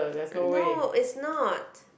no is not